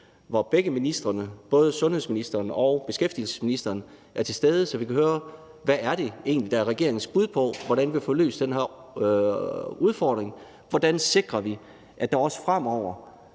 hvor begge ministrene, både sundhedsministeren og beskæftigelsesministeren, er til stede, så vi kan høre, hvad det er, der egentlig er regeringens bud på, hvordan vi får løst den her udfordring. Hvordan sikrer vi, at der også fremover